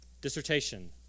dissertation